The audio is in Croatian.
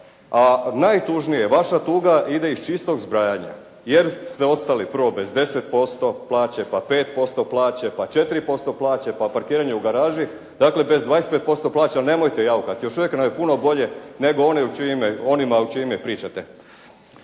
a najtužnije, vaša tuga ide iz čistog zbrajanja jer ste ostali prvo bez 10% plaće, pa 5% plaće, pa 4% plaće, pa parkiranje u garaži, dakle bez 25% plaća. Nemojte jaukati, još uvijek nam je puno bolje, nego onima u čije ime pričate.